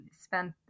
spent